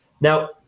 Now